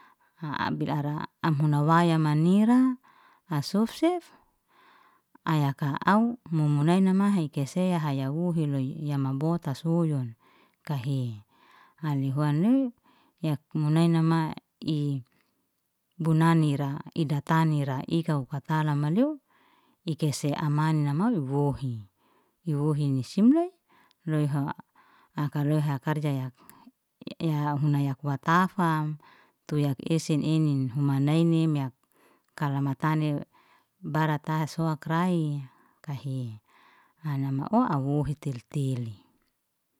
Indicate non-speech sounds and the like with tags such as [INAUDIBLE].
[HESITATION] am bil ara, am huna waya manira, asofsef ai ka'au mumu nainama heke seye hayahu holoi ya mambotta soyun kahe. Anin huan nei, yak munnai nama ei bunani ra ida tanira, ikau fatala maleo, ikese amana maun wohi. Wohi nisim loi, loiha akaleha karja ya- ya hunaya kuat tafam, tuyak esen enin huma nainin yek kalamatanin bara taha sohak rai kahe. Anama'o ahuhi teli teli.